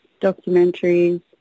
documentaries